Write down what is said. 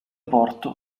porto